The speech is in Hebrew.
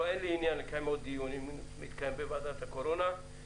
אם מתקיים דיון בוועדת הקורונה אין לי עניין לקיים גם כאן דיון,